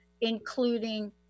including